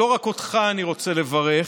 לא רק אותך אני רוצה לברך,